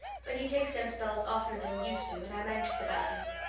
but he takes them spells oftener than he used to and i'm anxious about him.